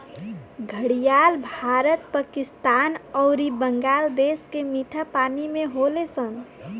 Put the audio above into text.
घड़ियाल भारत, पाकिस्तान अउरी बांग्लादेश के मीठा पानी में होले सन